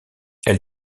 elle